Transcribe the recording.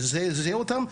זה זעזע אותם.